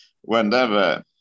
Whenever